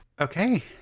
Okay